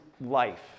life